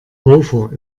hofer